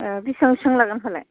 ए बिसिबां बिसिबां लागोन फालाय